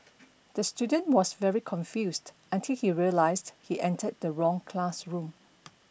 the student was very confused until he realised he entered the wrong classroom